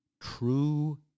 True